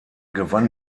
gewann